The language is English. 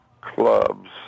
clubs